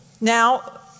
Now